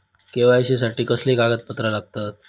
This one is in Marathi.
के.वाय.सी साठी कसली कागदपत्र लागतत?